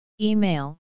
Email